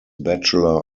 bachelor